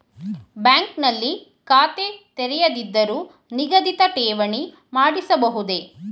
Bank ನಲ್ಲಿ ಖಾತೆ ತೆರೆಯದಿದ್ದರೂ ನಿಗದಿತ ಠೇವಣಿ ಮಾಡಿಸಬಹುದೇ?